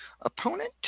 opponent